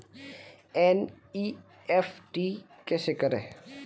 NEFT कैसे करें?